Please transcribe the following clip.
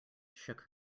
shook